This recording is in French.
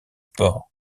port